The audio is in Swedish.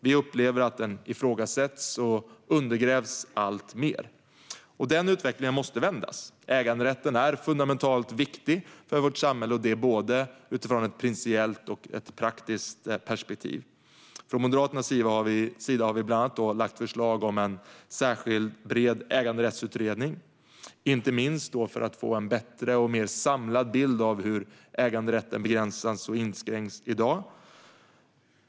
Vi upplever att den ifrågasätts och undergrävs alltmer. Den utvecklingen måste vändas. Äganderätten är fundamentalt viktig för vårt samhälle sett från både ett principiellt och ett praktiskt perspektiv. Från Moderaternas sida har vi bland annat lagt fram förslag om en bred äganderättsutredning, inte minst för att få en bättre och mer samlad bild över hur äganderätten inskränks i dag.